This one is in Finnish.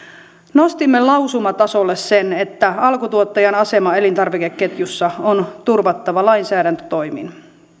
nostimme lausumatasolle sen että alkutuottajan asema elintarvikeketjussa on turvattava lainsäädäntötoimin